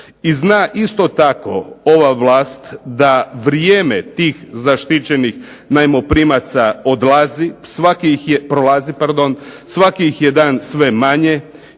I zna isto tako ova vlast da vrijeme tih zaštićenih najmoprimaca prolazi, svaki ih je dan sve manje